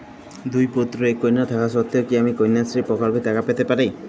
দুই পুত্র এক কন্যা থাকা সত্ত্বেও কি আমি কন্যাশ্রী প্রকল্পে টাকা পেতে পারি?